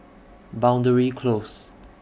Boundary Close